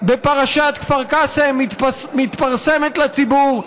בפרשת כפר קאסם מתפרסמת לציבור,